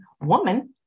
woman